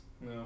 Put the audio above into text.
No